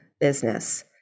business